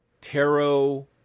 tarot